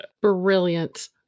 Brilliant